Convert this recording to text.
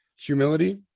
humility